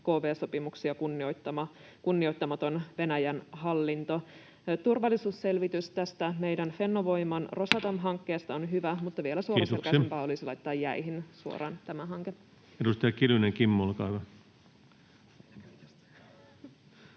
kv-sopimuksia kunnioittamaton Venäjän hallinto. Turvallisuusselvitys tästä meidän Fennovoiman Rosatom-hankkeesta on hyvä, mutta vielä suoraselkäisempää olisi laittaa tämä hanke suoraan jäihin. Kiitoksia. — Edustaja Kiljunen, Kimmo, olkaa hyvä.